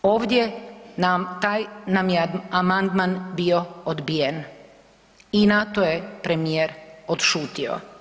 Ovdje nam taj, nam je amandman bio odbijen i na to je premijer odšutio.